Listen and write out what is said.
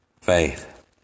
faith